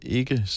ikke